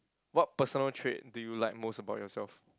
what personal trait do you like most about yourself